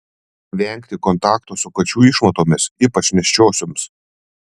vengti kontakto su kačių išmatomis ypač nėščiosioms